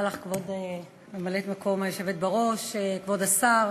תודה לך, כבוד השר,